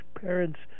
parents